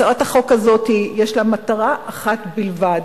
הצעת החוק הזאת יש לה מטרה אחת בלבד,